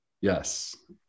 yes